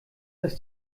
dass